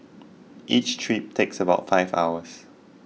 each trip takes about five hours